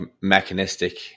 mechanistic